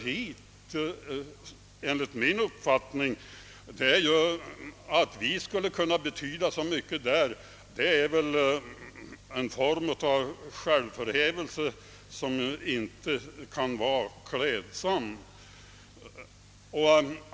Påståendet att vår livsmedelsproduktion skulle betyda så mycket för världsproduktionen är väl en form av självförhävelse som inte är riktigt klädsam.